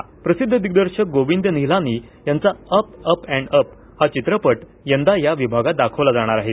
प्रसिद्ध चित्रपट दिग्दर्शक गोविंद निहलानी यांचा अप अप अँड अप हा चित्रपट यंदा या विभागात दाखवला जाणार आहे